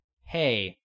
hey